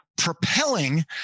propelling